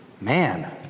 Man